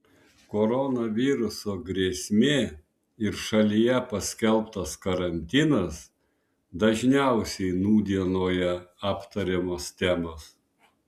koronaviruso grėsmė ir šalyje paskelbtas karantinas dažniausiai nūdienoje aptariamos temos